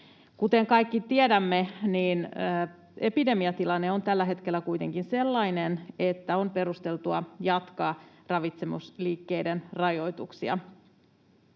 Kuten kaikki tiedämme, niin epidemiatilanne on tällä hetkellä kuitenkin sellainen, että on perusteltua jatkaa ravitsemusliikkeiden rajoituksia.